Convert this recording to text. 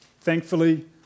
Thankfully